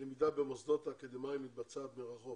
הלמידה במוסדות האקדמאיים מתבצעת מרחוק,